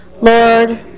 Lord